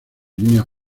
línea